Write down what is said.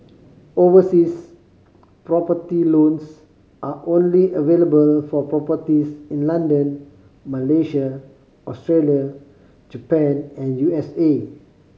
overseas property loans are only available for properties in London Malaysia Australia Japan and U S A